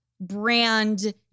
brand